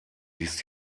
ließ